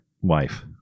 wife